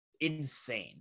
insane